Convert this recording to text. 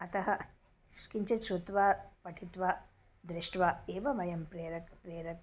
अतः श् किञ्चित् श्रुत्वा पठित्वा दृष्ट्वा एव वयं प्रेरकं प्रेरकं